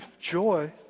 joy